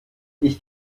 ich